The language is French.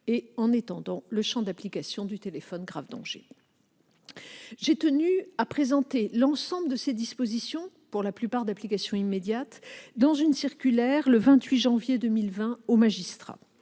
et en étendant le champ d'application du téléphone grave danger. J'ai tenu à présenter l'ensemble de ces dispositions, pour la plupart d'application immédiate, dans une circulaire datée du 28 janvier 2020 adressée